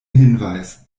hinweis